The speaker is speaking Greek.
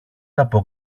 από